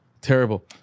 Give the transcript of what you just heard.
Terrible